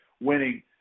winning